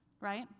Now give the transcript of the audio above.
right